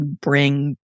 bring